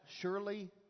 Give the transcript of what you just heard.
surely